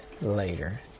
later